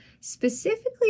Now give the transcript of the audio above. Specifically